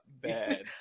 bad